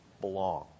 belong